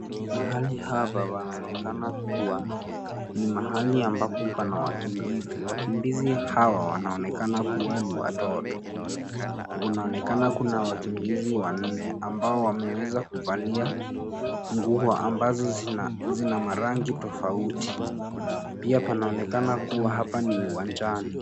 Mahali hapa panaonekana kuwa ni mahali ambapo pana wakimbizi. Wakimbizi hawa wanaonekana kuwa ni watoto. Kunaonekana kuna wakimbizi wanne ambao wameweza kuvalia nguo ambazo zina marangi tofauti. Pia panaonekana kuwa hapa ni uwanjani.